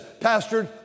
pastored